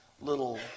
little